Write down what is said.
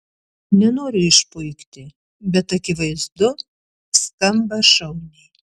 nenoriu išpuikti bet akivaizdu skamba šauniai